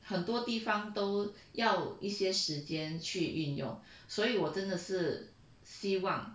很多地方都要一些时间去运用所以我真的是希望